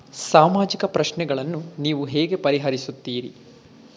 ಸಾಮಾಜಿಕ ಪ್ರಶ್ನೆಗಳನ್ನು ನೀವು ಹೇಗೆ ಪರಿಹರಿಸುತ್ತೀರಿ?